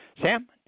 Sam